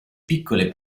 piccole